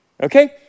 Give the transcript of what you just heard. okay